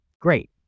Great